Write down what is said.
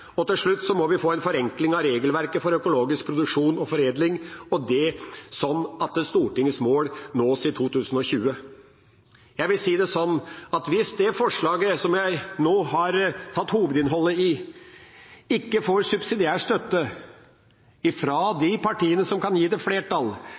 Til slutt må vi få en forenkling av regelverket for økologisk produksjon og foredling, slik at Stortingets mål nås i 2020. Jeg vil si det sånn at hvis forslaget jeg nå har presentert hovedinnholdet i, ikke får subsidiær støtte